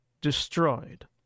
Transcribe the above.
destroyed